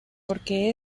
porque